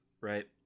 right